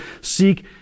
seek